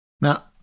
Now